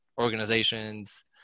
organizations